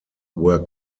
were